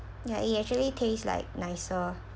ya it actually taste like nicer